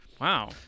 Wow